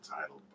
title